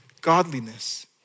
godliness